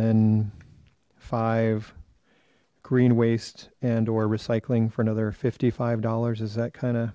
then five green waste and or recycling for another fifty five dollars is that kind of